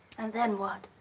and then what?